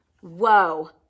Whoa